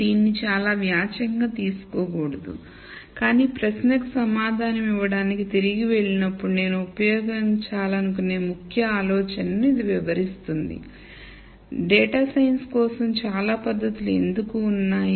దీన్ని చాలా వాచ్యంగా తీసుకోకూడదు కాని ప్రశ్నకు సమాధానమివ్వడానికి తిరిగి వెళ్ళినప్పుడు నేను ఉపయోగించాలనుకునే ముఖ్య ఆలోచనను ఇది వివరిస్తుంది డేటా సైన్స్ కోసం చాలా పద్ధతులు ఎందుకు ఉన్నాయి